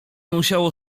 musiało